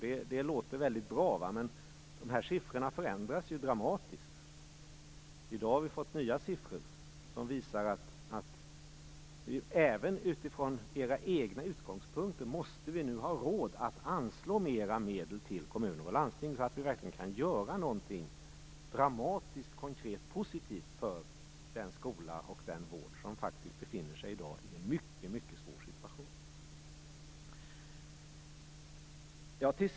Det låter bra. Men siffrorna förändras dramatiskt. I dag har vi fått nya siffror som visar att även utifrån era egna utgångspunkter måste vi ha råd att anslå mer medel till kommuner och landsting, så att vi kan göra något dramatiskt, konkret positivt för den skola och den vård som i dag befinner sig i en mycket svår situation.